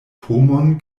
pomon